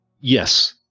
yes